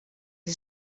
que